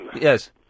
Yes